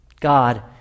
God